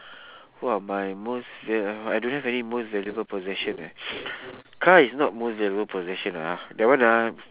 what are my most va~ uh I don't have any most valuable possession leh car is not most valuable possession lah that one ah